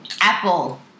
Apple